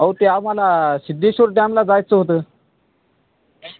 हो ते आम्हाला सिद्धेश्वर डॅमला जायचं होतं